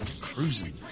cruising